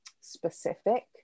specific